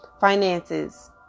Finances